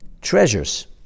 treasures